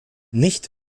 nicht